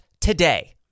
today